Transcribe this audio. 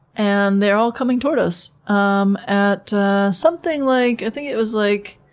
and they're all coming toward us um at something like. i think it was like,